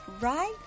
right